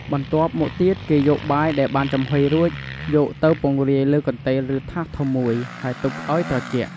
បន្ទាប់មកទៀតគេយកបាយដែលបានចំហុយរួចយកទៅពង្រាយលើកន្ទេលឬថាសធំមួយ ហើយទុកឲ្យត្រជាក់។